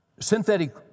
Synthetic